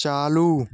चालू